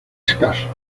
escasos